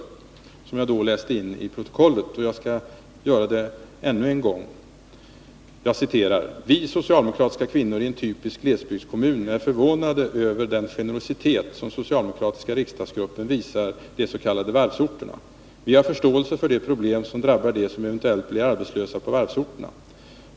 Jag läste vid det tillfället in brevets innehåll i protokollet och ber nu att få göra det än en gång. ”Vi socialdemokratiska kvinnor i en typisk glesbygdskommun är förvånade över den generositet som socialdemokratiska riksdagsgruppen visar de så kallade varvsorterna. Vi har förståelse för de problem som drabbar de som eventuellt blir arbetslösa på varvsorterna.